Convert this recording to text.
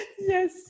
Yes